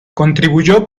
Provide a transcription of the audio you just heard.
contribuyó